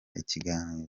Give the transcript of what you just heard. ikiganiro